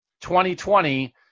2020